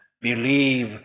Believe